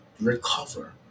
recover